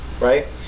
right